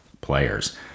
players